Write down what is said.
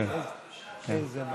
אשאל גם